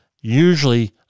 usually